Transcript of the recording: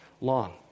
long